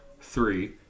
three